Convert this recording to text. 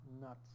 nuts